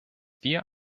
wir